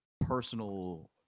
personal